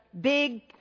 big